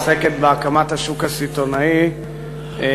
השאילתה שלי עוסקת בהקמת השוק הסיטונאי החדש.